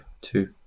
two